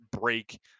break